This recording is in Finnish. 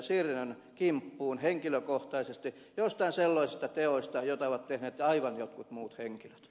sirnön kimppuun henkilökohtaisesti jostain sellaisista teoista joita ovat tehneet aivan jotkut muut henkilöt